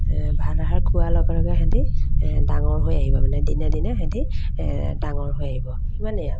ভাল আহাৰ খোৱাৰ লগে লগে সিহঁতি ডাঙৰ হৈ আহিব মানে দিনে দিনে সিহঁতি ডাঙৰ হৈ আহিব সিমানেই আৰু